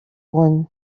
one